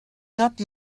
not